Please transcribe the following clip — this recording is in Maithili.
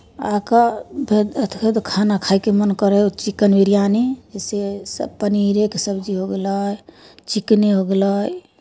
आ कऽ फेर खाना खायके मन करै हइ चिकेन बिरियानी सेसभ पनीरेके सब्जी हो गेलै चिकेने हो गेलै